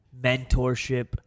mentorship